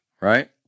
right